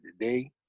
today